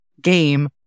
game